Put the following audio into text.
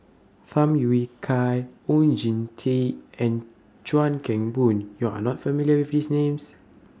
Tham Yui Kai Oon Jin Teik and Chuan Keng Boon YOU Are not familiar with These Names